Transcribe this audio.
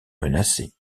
menacées